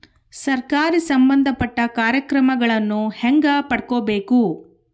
ಸರಕಾರಿ ಸಂಬಂಧಪಟ್ಟ ಕಾರ್ಯಕ್ರಮಗಳನ್ನು ಹೆಂಗ ಪಡ್ಕೊಬೇಕು?